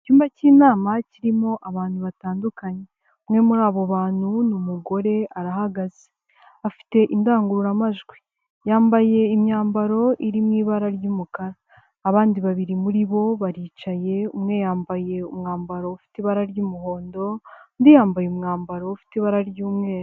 Icyumba cy'inama kirimo abantu batandukanye, umwe muri abo bantu ni umugore arahagaze, afite indangururamajwi yambaye imyambaro iri mu ibara ry'umukara, abandi babiri muri bo baricaye umwe yambaye umwambaro ufite ibara ry'umuhondo, undi yambaye umwambaro ufite ibara ry'umweru.